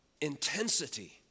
intensity